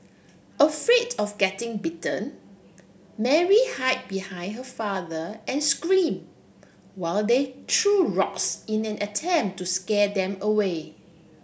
afraid of getting bitten Mary hide behind her father and scream while they threw rocks in an attempt to scare them away